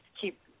keep